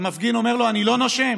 והמפגין אומר לו: אני לא נושם,